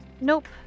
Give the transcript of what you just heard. Nope